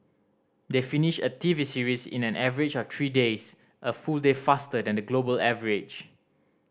they finish a T V series in an average of three days a full day faster than the global average